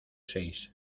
seis